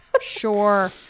Sure